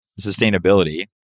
sustainability